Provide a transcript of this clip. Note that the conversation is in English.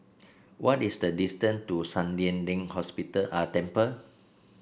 what is the distance to San Lian Deng Hospital Temple